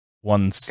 one